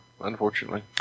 unfortunately